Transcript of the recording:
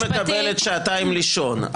זה הקואליציה מקבלת שעתיים לישון.